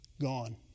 gone